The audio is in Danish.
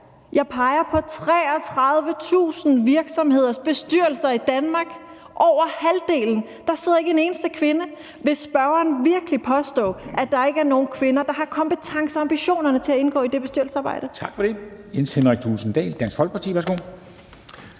jeg peger på 33.000 virksomheders bestyrelser i Danmark, og i over halvdelen sidder der ikke en eneste kvinde. Vil spørgeren virkelig påstå, at der ikke er nogen kvinder, der har kompetencerne og ambitionerne til at indgå i det bestyrelsesarbejde? Kl.